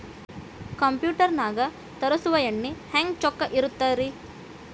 Computer ನಾಗ ತರುಸುವ ಎಣ್ಣಿ ಹೆಂಗ್ ಚೊಕ್ಕ ಇರತ್ತ ರಿ?